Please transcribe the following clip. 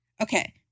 Okay